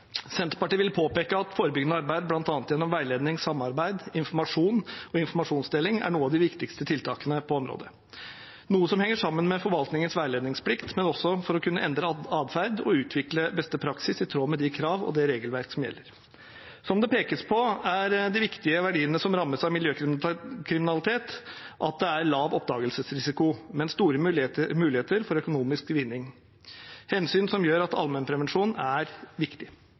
Senterpartiet vil påpeke at forebyggende arbeid, bl.a. gjennom veiledning, samarbeid, informasjon og informasjonsdeling, er noen av de viktigste tiltakene på området, noe som henger sammen med forvaltningens veiledningsplikt, men også for å kunne endre adferd og utvikle beste praksis i tråd med de kravene og det regelverket som gjelder. Som det pekes på, er de viktige verdiene som rammes av miljøkriminalitet, at det er lav oppdagelsesrisiko, men store muligheter for økonomisk vinning – hensyn som gjør at allmennprevensjon er svært viktig.